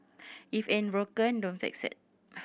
if it ain't broken don't fix it